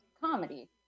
comedy